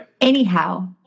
Anyhow